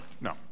No